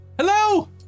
Hello